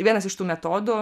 ir vienas iš tų metodų